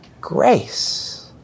grace